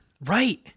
Right